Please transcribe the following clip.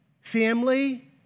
family